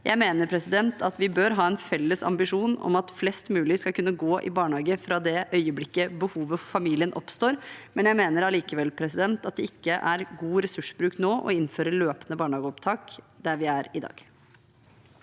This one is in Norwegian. Jeg mener vi bør ha en felles ambisjon om at flest mulig skal kunne gå i barnehage fra det øyeblikket behovet til familien oppstår, men jeg mener allikevel at det ikke er god ressursbruk å innføre løpende barnehageopptak nå, der vi er i dag.